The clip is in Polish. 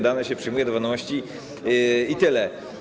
Dane się przyjmuje do wiadomości, i tyle.